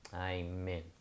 Amen